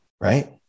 right